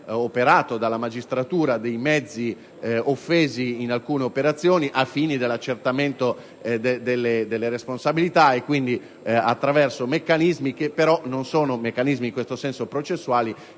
operato dalla magistratura dei mezzi offesi in alcune operazioni ai fini dell'accertamento delle responsabilità, attraverso meccanismi (che non sono in questo senso processuali)